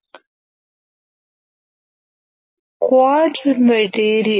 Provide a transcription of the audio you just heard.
quartz material